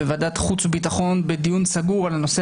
בוועדת החוץ והביטחון בדיון סגור על הנושא